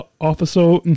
officer